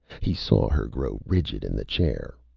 he saw her grow rigid in the chair.